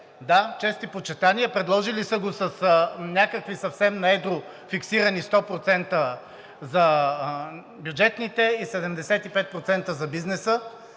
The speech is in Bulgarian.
Да, чест и почитания, предложили са го с някакви съвсем на едро фиксирани 100% за бюджетните и 75% за бизнеса.